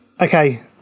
okay